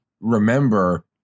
remember